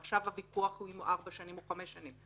עכשיו הוויכוח אם הוא ארבע שנים או חמש שנים.